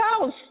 house